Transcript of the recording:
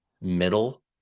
middle